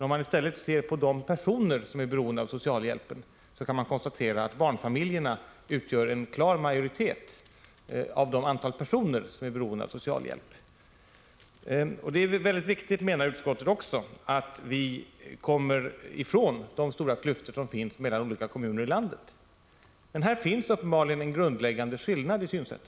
Om man i stället ser på de personer som är beroende av socialhjälpen kan man konstatera att barnfamiljerna utgör en klar majoritet av det antal personer som är beroende av socialhjälp. Utskottet menar att det är mycket viktigt att de stora klyftorna mellan olika kommuner i landet försvinner, men här är det uppenbarligen en grundläggande skillnad i synsätt.